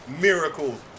miracles